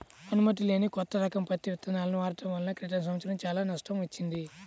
అనుమతి లేని కొత్త రకం పత్తి విత్తనాలను వాడటం వలన క్రితం సంవత్సరం చాలా నష్టం వచ్చింది